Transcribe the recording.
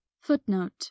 footnote